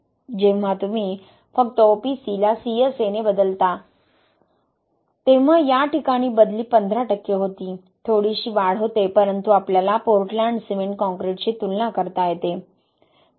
जेव्हा तुम्ही फक्त OPC ला CSA ने बदलता तेव्हा या ठिकाणी बदली 15 टक्के होती थोडीशी वाढ होते परंतु आपल्याला पोर्टलँड सिमेंट कॉंक्रिटशी तुलना करता येते